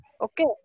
Okay